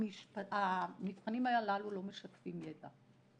המבחנים הללו לא משקפים ידע,